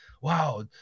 wow